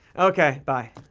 okay, bye.